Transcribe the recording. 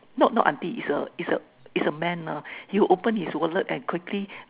no not auntie is a is a is a man lah he would open his wallet and quickly